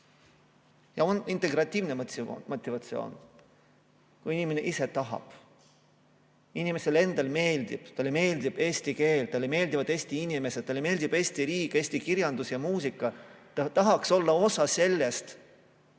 Ja on integratiivne motivatsioon, kui inimene ise tahab, inimesele meeldib eesti keel, talle meeldivad Eesti inimesed, talle meeldib Eesti riik, meeldivad eesti kirjandus ja muusika. Ta tahaks olla osa sellest ja